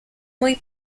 muy